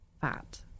fat